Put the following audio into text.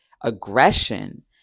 aggression